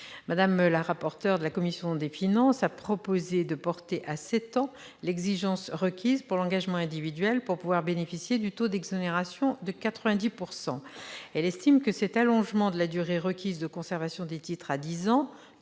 Mme la rapporteur de la commission des finances a proposé de porter à sept ans l'exigence requise pour l'engagement individuel pour pouvoir bénéficier du taux d'exonération de 90 %. Elle estime que cet allongement de la durée requise de conservation des titres à dix ans-